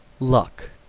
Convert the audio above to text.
luck.